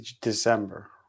December